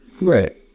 right